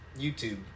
YouTube